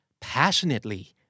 Passionately